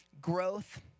growth